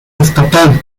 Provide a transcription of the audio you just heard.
estatal